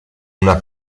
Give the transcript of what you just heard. una